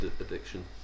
addiction